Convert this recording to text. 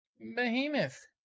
behemoth